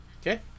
Okay